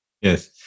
Yes